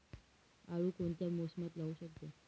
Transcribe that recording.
आळू कोणत्या मोसमात लावू शकतो?